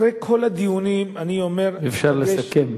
אחרי כל הדיונים, אני אומר, הדגש, אפשר לסכם.